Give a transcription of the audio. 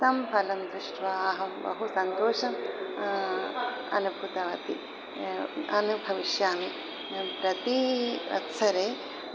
तं फलं दृष्ट्वा अहं बहु सन्तोषम् अनुभूतवती अनुभविष्यामि अ प्रति वत्सरे